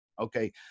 Okay